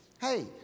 Hey